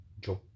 job